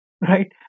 right